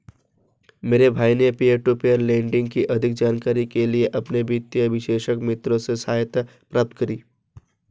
मेरे भाई ने पियर टू पियर लेंडिंग की अधिक जानकारी के लिए अपने वित्तीय विशेषज्ञ मित्र से सहायता प्राप्त करी